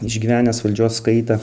išgyvenęs valdžios kaitą